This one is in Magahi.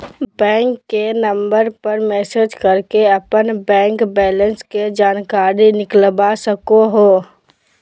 बैंक के नंबर पर मैसेज करके अपन बैंक बैलेंस के जानकारी निकलवा सको हो